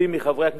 רבים מחברי הכנסת,